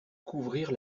couvrir